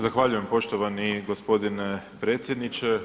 Zahvaljujem poštovani gospodine predsjedniče.